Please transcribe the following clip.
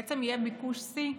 בעצם יהיה ביקוש שיא,